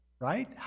right